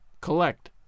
collect